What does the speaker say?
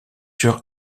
sur